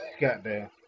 Goddamn